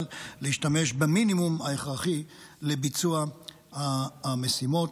אבל להשתמש במינימום ההכרחי לביצוע המשימות.